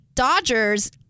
Dodgers